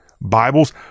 Bibles